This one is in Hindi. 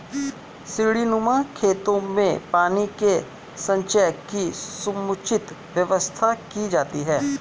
सीढ़ीनुमा खेतों में पानी के संचय की समुचित व्यवस्था की जाती है